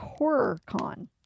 HorrorCon